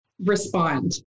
Respond